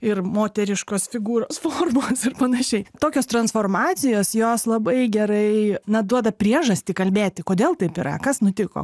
ir moteriškos figūros formos ir panašiai tokios transformacijos jos labai gerai na duoda priežastį kalbėti kodėl taip yra kas nutiko